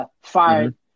fired